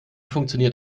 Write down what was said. funktioniert